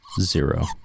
Zero